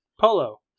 polo